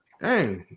hey